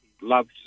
loves